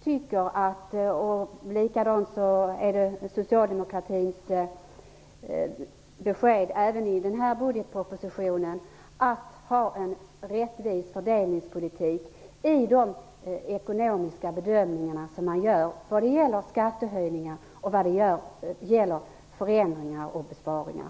tycker, och det är också socialdemokratins besked i budgetpropositionen, att det skall vara en rättvis fördelningspolitik i de ekonomiska bedömningar som man gör vad gäller skattehöjningar och vad gäller förändringar och besparingar.